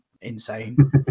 insane